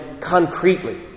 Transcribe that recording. concretely